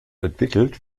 entwickelt